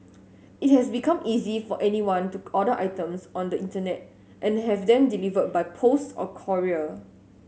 it has become easy for anyone to order items on the Internet and have them delivered by post or courier